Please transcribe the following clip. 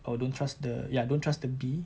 oh don't trust the ya don't trust the B